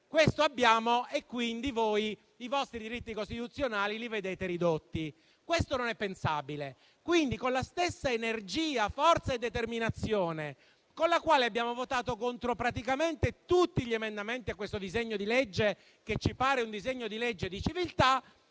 questo abbiamo e quindi voi, i vostri diritti costituzionali, li vedete ridotti. Questo non è pensabile. Pertanto, con la stessa energia, forza e determinazione con la quale abbiamo votato praticamente contro tutti gli emendamenti a questo disegno di legge, che ci pare un disegno di legge di civiltà,